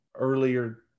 Earlier